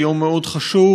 יום מאוד חשוב,